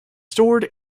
stored